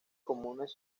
comunes